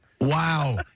Wow